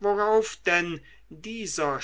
worauf denn dieser